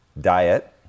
Diet